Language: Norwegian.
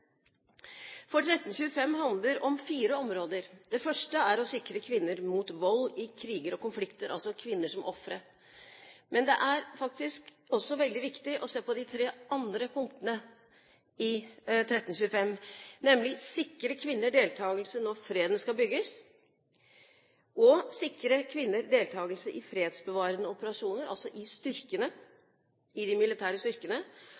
1325 handler om fire områder. Det første er å sikre kvinner mot vold i kriger og konflikter, altså kvinner som ofre. Men det er også veldig viktig å se på de tre andre punktene i 1325, nemlig å sikre kvinner deltakelse når freden skal bygges, å sikre kvinner deltakelse i fredsbevarende operasjoner, altså i de militære styrkene,